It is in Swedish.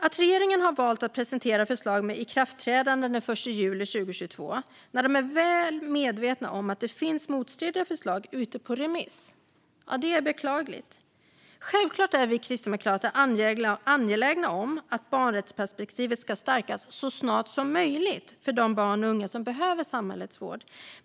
Att regeringen har valt att presentera förslag med ikraftträdande den 1 juli 2022 när de är väl medvetna om att det finns motstridiga förslag ute på remiss är beklagligt. Självklart är vi kristdemokrater angelägna om att barnrättsperspektivet ska stärkas så snart som möjligt för de barn och unga som behöver samhällets vård.